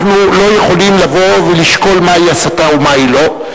אנחנו לא יכולים לבוא ולשקול מהי הסתה ומהי לא.